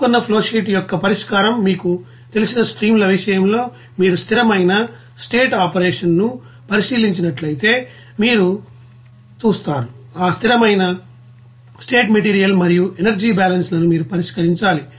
పేర్కొన్న ఫ్లోషీట్ యొక్క పరిష్కారం మీకు తెలిసిన స్ట్రీమ్ల విషయంలో మీరు స్థిరమైన స్టేట్ ఆపరేషన్ను పరిశీలిస్తున్నట్లయితే మీరు చూస్తారు ఆ స్థిరమైన స్టేట్ మెటీరియల్ మరియు ఎనర్జీ బ్యాలెన్స్లను మీరు పరిష్కరించాలి